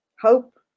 hope